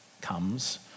comes